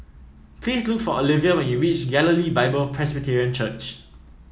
please look for Oliva when you reach Galilee Bible Presbyterian Church